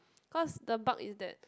cause the bug it that